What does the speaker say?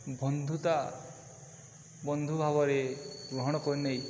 ବନ୍ଧୁତା ବନ୍ଧୁ ଭାବରେ ଗ୍ରହଣ କରି ନେଇ